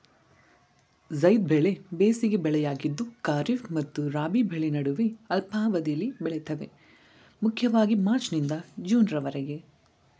ಝೈದ್ ಬೆಳೆ ಬೇಸಿಗೆ ಬೆಳೆಯಾಗಿದ್ದು ಖಾರಿಫ್ ಮತ್ತು ರಾಬಿ ಬೆಳೆ ನಡುವೆ ಅಲ್ಪಾವಧಿಲಿ ಬೆಳಿತವೆ ಮುಖ್ಯವಾಗಿ ಮಾರ್ಚ್ನಿಂದ ಜೂನ್ವರೆಗೆ